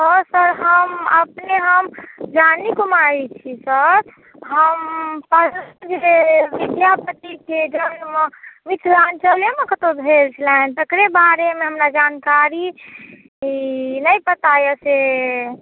हॅं सर हम अपने हम जानी कुमारी छी सर हम कहलहुॅं कि जे विद्यापति के जन्म मिथिलाञ्चले मे कतौ भेल छलनि तकरे बारे मे हमरा जानकारी नहि पता अछि से